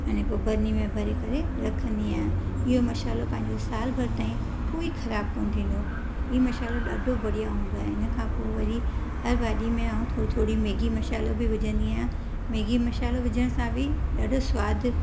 अने पोइ बरणी में भरे करे रखंदी आहियां इहो मसाल्हो पंहिंजो साल भरि ताईं कोई ख़राबु कोन थींदो आहे हीउ मसाल्हो ॾाढो बढ़िया हूंदो आहे हिन खां पोइ वरी हर भाॼी में आउं थोरी थोरी मैगी मसाल्हो बि विझंदी आहियां मैगी मसाल्हो विझण सां बि ॾाढो सवादु